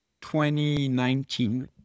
2019